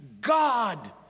God